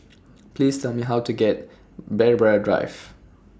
Please Tell Me How to get to Braemar Drive